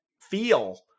feel